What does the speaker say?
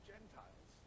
Gentiles